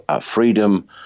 freedom